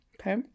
Okay